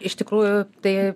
iš tikrųjų tai